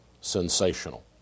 sensational